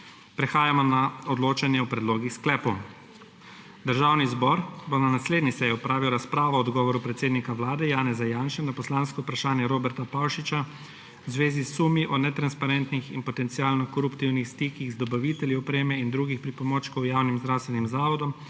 Prehajamo na odločanje o predlogih sklepov. Državni zbor bo na naslednji seji opravil razpravo o odgovoru predsednika vlade Janeza Janše na poslanko vprašanje Roberta Pavšiča v zvezi s sumi o netransparentnih in potencialno koruptivnih stikih z dobavitelji opreme in drugih pripomočkov javnim zdravstvenim zavodom